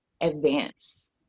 advance